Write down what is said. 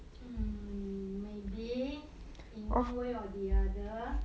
um maybe in one way or another